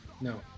no